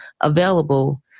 available